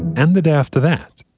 and the day after that.